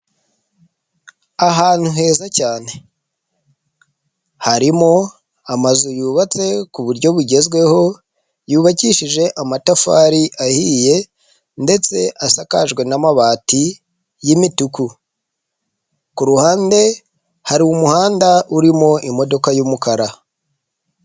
Ahantu heza cyane harimo amazu yubatse ku buryo bugezweho yubakishije amatafari ahiye ndetse asakajwe n'amabati y'imituku, ku ruhande hari umuhanda urimo imodoka y'umukara.